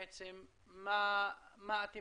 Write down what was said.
מה אתם